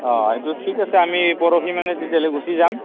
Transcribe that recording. অ' এইটো ঠিক আছে আমি পৰহি মানে তেতিয়াহ'লে গুচি যাম